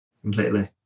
completely